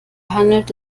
handelt